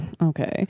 okay